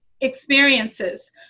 experiences